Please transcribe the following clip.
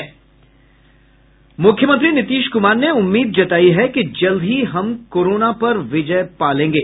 मुख्यमंत्री नीतीश कुमार ने उम्मीद जतायी है कि जल्द ही हम कोरोना पर विजय पा लेंगे